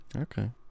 Okay